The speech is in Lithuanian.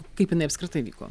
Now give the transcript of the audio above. kaip jinai apskritai vyko